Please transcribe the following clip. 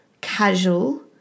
casual